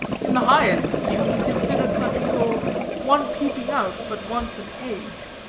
in the highest view, he considered such a soul one peeping out but once an age.